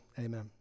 Amen